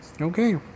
okay